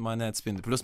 mane atspindi plius